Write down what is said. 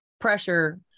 pressure